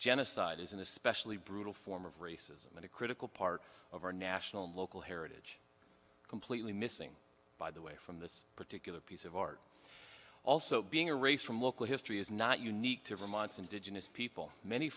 genocide is an especially brutal form of racism and a critical part of our national and local heritage completely missing by the way from this particular piece of art also being a race from local history is not unique to vermont indigenous people many